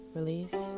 Release